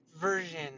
version